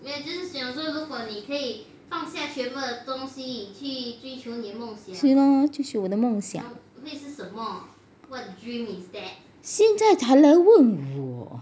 追咯继续我的梦想现在才来问我